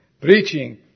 preaching